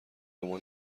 عنوان